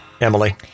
Emily